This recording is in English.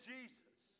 Jesus